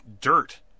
dirt